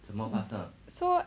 so